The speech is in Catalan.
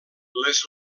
les